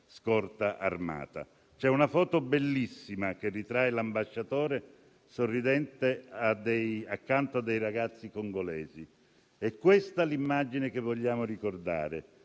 scorta armata. C'è una foto bellissima che ritrae l'ambasciatore sorridente accanto a dei ragazzi congolesi. È questa l'immagine che vogliamo ricordare